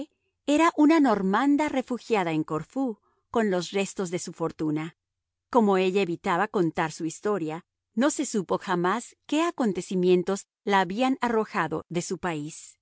era una normanda refugiada en corfú con los restos de su fortuna como ella evitaba contar su historia no se supo jamás qué acontecimientos la habían arrojado de su país